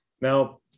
Now